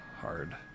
hard